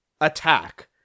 attack